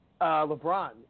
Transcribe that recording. LeBron